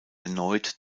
erneut